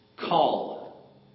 Call